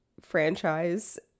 franchise